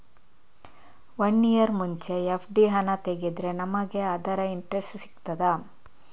One year ಮುಂಚೆ FD ಹಣ ತೆಗೆದ್ರೆ ನಮಗೆ ಅದರ ಇಂಟ್ರೆಸ್ಟ್ ಸಿಗ್ತದ?